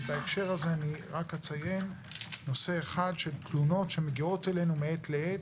בהקשר זה אציין נושא אחד של תלונות שמגיעות אלינו מעת לעת,